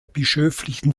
bischöflichen